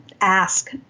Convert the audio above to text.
ask